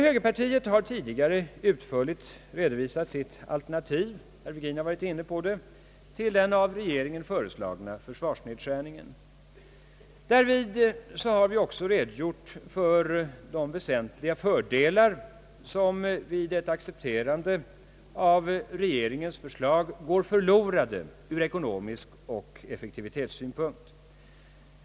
Högerpartiet har tidigare utförligt redovisat sitt alternativ — herr Virgin har särskilt varit inne på det — till den av regeringen föreslagna försvarsnedskärningen. Därvid har vi också redogjort för de väsentliga fördelar, som vid ett accepterande av regeringens förslag går förlorade ur ekonomisk och effektivitetssynpunkt.